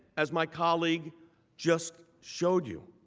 as my colleague just showed you,